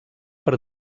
per